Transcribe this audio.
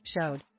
showed